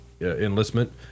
enlistment